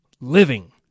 living